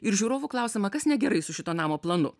ir žiūrovų klausiama kas negerai su šituo namo planu